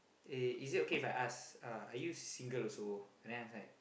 uh is it okay If I ask are you single also then I was like